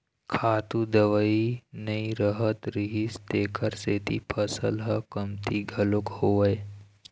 खातू दवई नइ रहत रिहिस तेखर सेती फसल ह कमती घलोक होवय